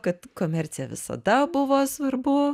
kad komercija visada buvo svarbu